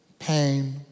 pain